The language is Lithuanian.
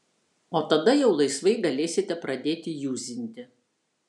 o tada jau laisvai galėsite pradėti juzinti